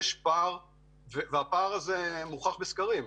יש פער והפער הזה מוכח בסקרים,